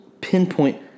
pinpoint